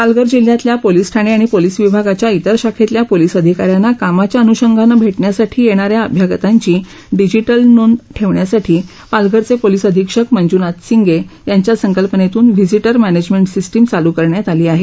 पालघर जिल्ह्यातल्या पोलीस ठाणे आणि पोलीस विभागाच्या इतर शाखेतल्या पोलीस अधिकाऱ्यांना कामाच्या अनुषंगानं भेटण्यासाठी येणाऱ्या अभ्यागतांची डिजिटल नोंद ठेवण्यासाठी पालघरचे पोलीस अधीक्षक मंजूनाथ सिंगे यांच्या संकल्पनेतून व्हिजिटर मॅनेजमेंट सिस्टीम चालू करण्यात आली आहे